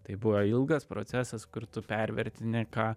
tai buvo ilgas procesas kur tu pervertini ką